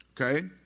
okay